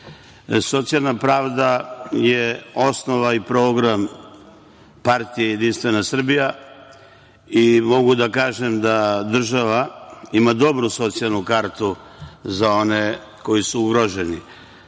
socijalna pravda je osnova i program Partije Jedinstvena Srbija i mogu da kažem da država ima dobru socijalnu kartu za one koji su ugroženi. Država